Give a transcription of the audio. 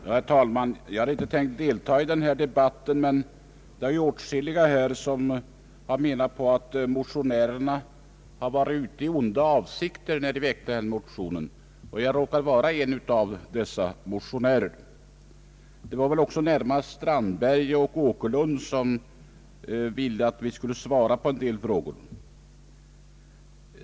Herr talman! Jag hade inte tänkt delta i denna debatt. Men åtskilliga talare har menat att motionärerna varit ute i onda avsikter när de väckt motionen, och jag råkar vara en av dessa motionärer. Det var närmast herrar Strand berg och Åkerlund som ville att vi skulle svara på en del frågor.